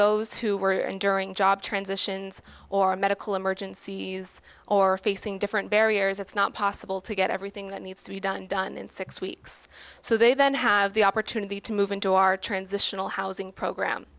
those who were in during job transitions or medical emergencies or facing different barriers it's not possible to get everything that needs to be done done in six weeks so they then have the opportunity to move into our transitional housing program